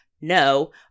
No